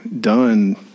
done